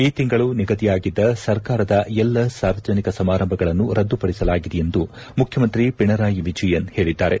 ಈ ತಿಂಗಳು ನಿಗದಿಯಾಗಿದ್ದ ಸರ್ಕಾರದ ಎಲ್ಲ ಸಾರ್ವಜನಿಕ ಸಮಾರಂಭಗಳನ್ನು ರದ್ದುಪಡಿಸಲಾಗಿದೆ ಎಂದು ಮುಖ್ಯಮಂತ್ರಿ ಪಿಣರಾಯಿ ವಿಜಯನ್ ಹೇಳಿದ್ದಾರೆ